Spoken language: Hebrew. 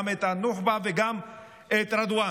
גם את הנוח'בה וגם את רדואן.